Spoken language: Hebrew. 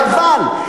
חבל,